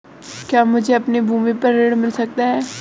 क्या मुझे अपनी भूमि पर ऋण मिल सकता है?